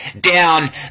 down